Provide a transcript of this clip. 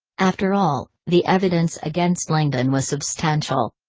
after all, the evidence against langdon was substantial.